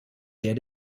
der